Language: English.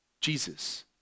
Jesus